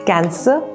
Cancer